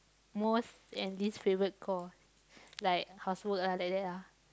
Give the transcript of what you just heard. most and least favourite cores like housework ah like that ah